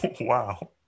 Wow